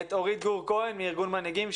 את אורית גור כהן מארגון מנהיגים,